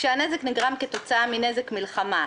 (1)כשהנזק נגרם כתוצאה מנזק מלחמה,